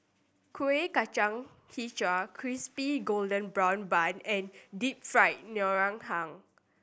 Kueh Kacang Hijau Crispy Golden Brown Bun and Deep Fried Ngoh Hiang